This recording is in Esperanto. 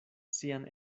sian